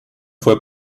fue